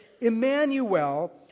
Emmanuel